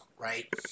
Right